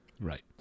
right